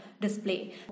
display